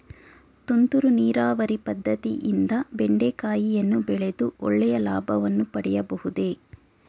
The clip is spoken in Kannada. ತುಂತುರು ನೀರಾವರಿ ಪದ್ದತಿಯಿಂದ ಬೆಂಡೆಕಾಯಿಯನ್ನು ಬೆಳೆದು ಒಳ್ಳೆಯ ಲಾಭವನ್ನು ಪಡೆಯಬಹುದೇ?